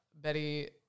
Betty